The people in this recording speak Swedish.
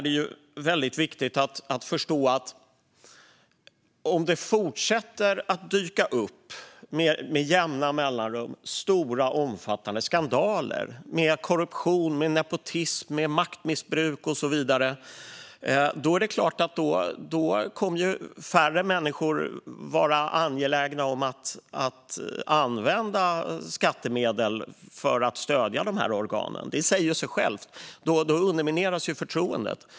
Det är väldigt viktigt att förstå att om det med jämna mellanrum fortsätter att dyka upp stora och omfattande skandaler med korruption, nepotism, maktmissbruk och så vidare är det klart att färre människor kommer att vara angelägna om att använda skattemedel för att stödja dessa organ. Det säger sig självt. Då undermineras ju förtroendet.